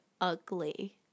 ugly